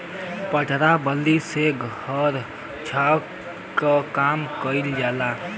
पटरा बल्ली से घर छावे के काम कइल जाला